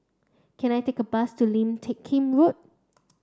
can I take a bus to Lim Teck Kim Road